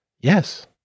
Yes